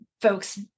folks